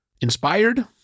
Inspired